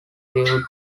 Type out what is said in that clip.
lived